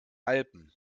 alpen